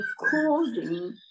according